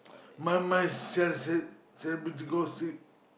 my myself said so happy to go sleep